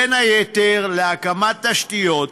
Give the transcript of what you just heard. בין היתר להקמת תשתיות,